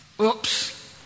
oops